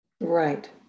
Right